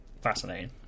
fascinating